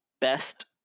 Best